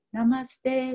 Namaste